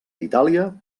itàlia